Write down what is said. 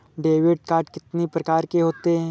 Debit card कितनी प्रकार के होते हैं?